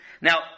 Now